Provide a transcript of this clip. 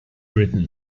written